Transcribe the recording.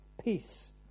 peace